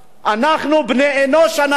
אנחנו בני-אדם קודם כול.